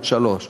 עוד שלוש שנים.